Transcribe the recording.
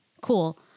Cool